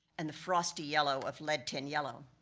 and the frosty yellow of lead-tin yellow.